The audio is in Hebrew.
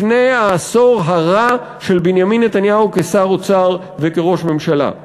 לפני העשור הרע של בנימין נתניהו כשר האוצר וכראש הממשלה.